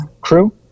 crew